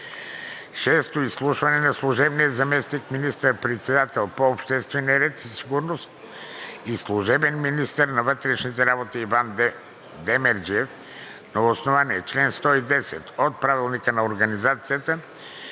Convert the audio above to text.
г. 6. Изслушване на служебния заместник министър-председател по обществения ред и сигурност и служебен министър на вътрешните работи Иван Демерджиев на основание чл. 110 от Правилника за организацията